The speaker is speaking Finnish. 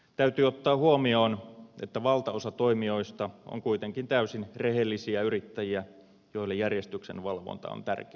täytyy ottaa huomioon että valtaosa toimijoista on kuitenkin täysin rehellisiä yrittäjiä joille järjestyksenvalvonta on tärkeä elinkeino